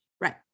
right